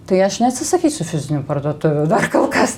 tai aš neatsisakysiu fizinių parduotuvių dar kol kas